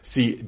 See